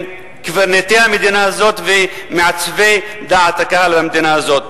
קברניטי המדינה הזאת ומעצבי דעת הקהל במדינה הזאת.